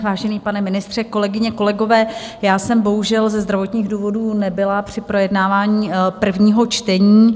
Vážený pane ministře, kolegyně, kolegové, já jsem bohužel ze zdravotních důvodů nebyla při projednávání prvního čtení.